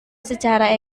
secara